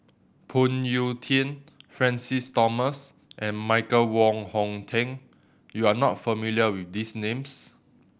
Phoon Yew Tien Francis Thomas and Michael Wong Hong Teng you are not familiar with these names